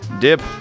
Dip